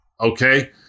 okay